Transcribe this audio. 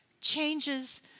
changes